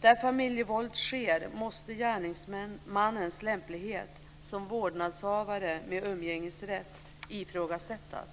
Där familjevåld sker måste gärningsmannens lämplighet som vårdnadshavare med umgängesrätt ifrågasättas.